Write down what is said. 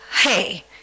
hey